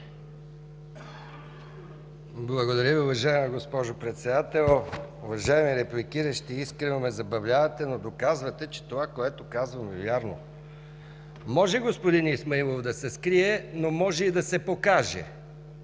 Благодаря Ви, уважаема госпожо Председател. Уважаеми репликиращи, искрено ме забавлявате, но доказвате, че това което казвам, е вярно. Може, господин Исмаилов, да се скрие, но може и да се покаже.